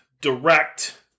direct